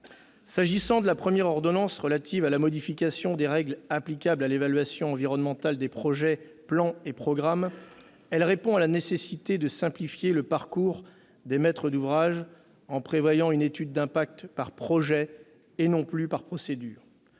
sénatoriale. La première ordonnance relative à la modification des règles applicables à l'évaluation environnementale des projets, plans et programmes répond à la nécessité de simplifier le parcours des maîtres d'ouvrage, en prévoyant une étude d'impact par projet et non plus par procédure.